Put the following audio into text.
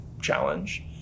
challenge